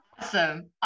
Awesome